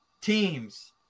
Teams